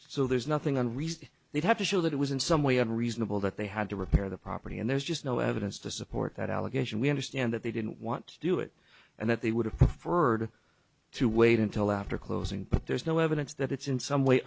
so there's nothing on receipt they'd have to show that it was in some way unreasonable that they had to repair the property and there's just no evidence to support that allegation we understand that they didn't want to do it and that they would have preferred to wait until after closing but there's no evidence that it's in some way